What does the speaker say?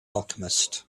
alchemist